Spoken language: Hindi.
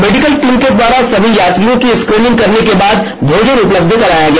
मेडिकल टीम के द्वारा सभी यात्रियों की स्क्रीनिंग करने के बाद भोजन उपलब्ध कराया गया